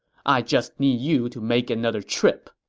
i just need you to make another trip.